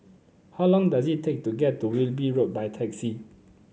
how long does it take to get to Wilby Road by taxi